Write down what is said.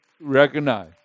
recognize